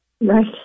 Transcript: Right